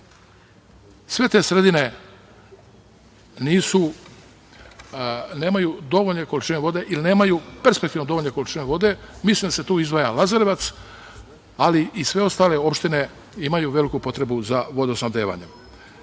Sve te sredine nemaju dovoljne količine vode ili nemaju dovoljno perspektivne količine vode. Mislim da se tu izdvaja Lazarevac, ali i sve ostale opštine imaju veliku potrebu za vodosnabdevanjem. Iz